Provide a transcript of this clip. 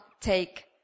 take